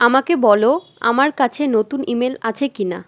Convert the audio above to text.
আমাকে বল আমার কাছে নতুন ইমেল আছে কি না